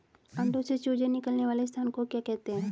अंडों से चूजे निकलने वाले स्थान को क्या कहते हैं?